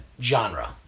genre